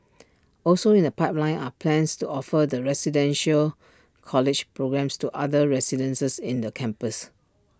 also in the pipeline are plans to offer the residential college programmes to other residences in the campus